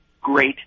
great